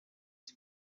sie